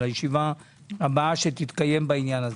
הישיבה הבאה שתתקיים בעניין.